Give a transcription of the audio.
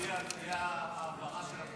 הטוטו, תהיה העברה של,